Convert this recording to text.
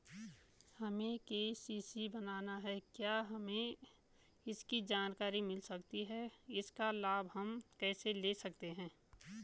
हमें के.सी.सी बनाना है क्या हमें इसकी जानकारी मिल सकती है इसका लाभ हम कैसे ले सकते हैं?